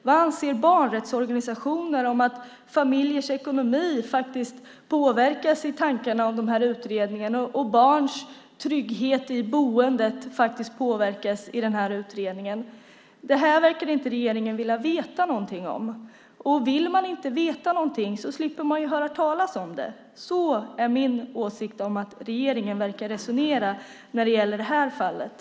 Vad anser barnrättsorganisationer om att familjers ekonomi påverkas av tankarna i de här utredningarna och att barns trygghet i boendet påverkas av den här utredningen? Det verkar regeringen inte vilja veta något om. Vill man inte veta något slipper man höra talas om det. Det är min åsikt om hur regeringen verkar resonera när det gäller det här fallet.